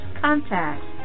contacts